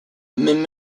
même